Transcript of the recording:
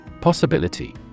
Possibility